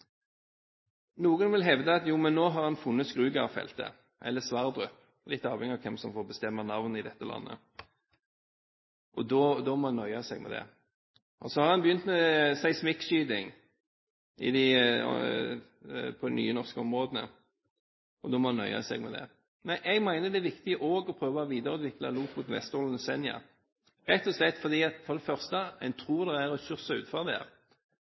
Noen vil hevde at nå har vi funnet Skrugard-feltet, eller Sverdrup-feltet, litt avhengig av hvem som får bestemme navn i dette landet. Da må en nøye seg med det. Så har en begynt med seismikkskyting på de nye norske områdene, og da må en nøye seg med det. Jeg mener det også er viktig å prøve å videreutvikle Lofoten, Vesterålen og Senja, rett og slett fordi en tror det er ressurser